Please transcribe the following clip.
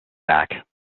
back